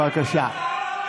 בבקשה.